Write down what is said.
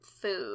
food